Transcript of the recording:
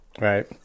right